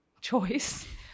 choice